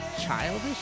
childish